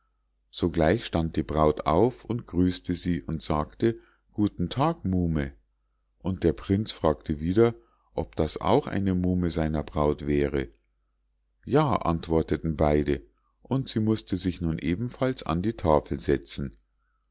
sogleich stand die braut auf und grüßte sie und sagte guten tag muhme und der prinz fragte wieder ob das auch eine muhme seiner braut wäre ja antworteten beide und sie mußte sich nun ebenfalls an die tafel setzen